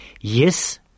Yes